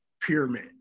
pyramid